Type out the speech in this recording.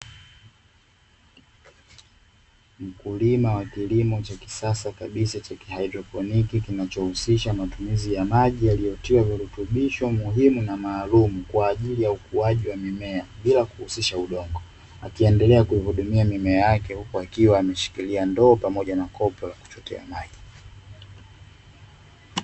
Mkulima wa kilimo cha kisasa kabisa cha haidroponi, kinachohusisha matumizi ya maji yaliyotiwa virutubisho muhimu na maalumu, kwa ajili ya ukuaji wa mimea, bila kuhusisha udongo. Akiendelea kuihudumia mimea yake, huku akiwa ameshikilia ndoo pamoja na kopo la kuchotea maji.